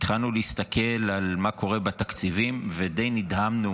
התחלנו להסתכל מה קורה בתקציבים, ודי נדהמנו